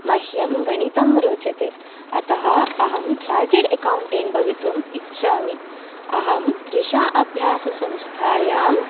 मह्यम् गणितं रोचते अतः अहं चार्टर्ड् अकौण्टेण्ट् भवितुम् इच्छामि अहं तृषा अभ्यास संस्थायाम्